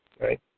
Right